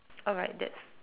alright that's